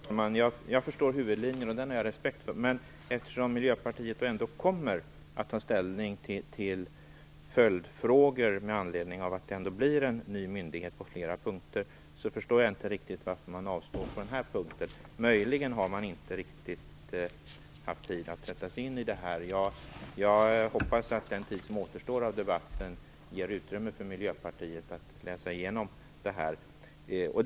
Fru talman! Jag förstår huvudlinjen, och jag har respekt för den. Eftersom Miljöpartiet ändå på flera punkter kommer att ta ställning till följdfrågor med anledning av att det nu bildas en ny myndighet, förstår jag inte riktigt varför man avstår på denna punkt. Möjligen har man inte riktigt haft tid att sätta sig in i frågan. Jag hoppas att den tid som återstår av debatten ger utrymme för Miljöpartiet att läsa igenom vår motion.